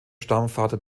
stammvater